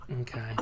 Okay